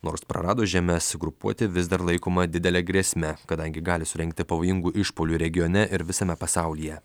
nors prarado žemes grupuotė vis dar laikoma didele grėsme kadangi gali surengti pavojingų išpuolių regione ir visame pasaulyje